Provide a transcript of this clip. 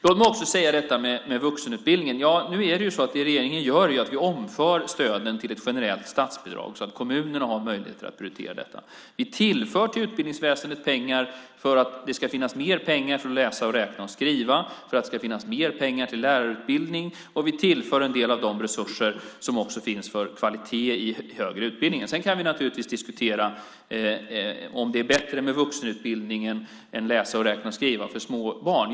Låt mig också säga något om vuxenutbildningen. Det som regeringen gör är att vi omfördelar stöden till ett generellt statsbidrag, så att kommunerna har möjligheter att prioritera detta. Vi tillför pengar till utbildningsväsendet för att det ska finnas mer pengar till att läsa, räkna och skriva och för att det ska finnas mer pengar till lärarutbildning. Vi tillför en del av de resurser som också finns för kvalitet i den högre utbildningen. Sedan kan vi naturligtvis diskutera om det är bättre med vuxenutbildning än läsa, räkna och skriva för små barn.